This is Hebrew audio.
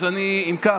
אז אם כך,